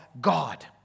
God